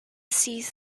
sees